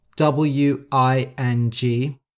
Wing